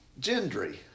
Gendry